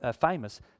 famous